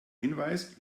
hinweis